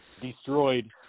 destroyed